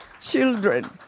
children